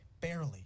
barely